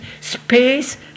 space